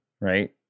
right